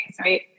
right